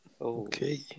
okay